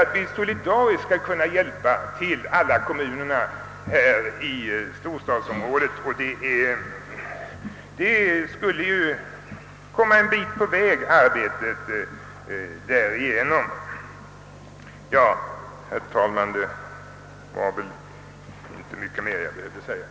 Ett storlandsting skulle göra det möjligt för alla kommuner i detta storstadsområde att solidariskt planera sin verksamhet, och härigenom tror jag att en del av det problem vi nu diskuterat skulle lösas.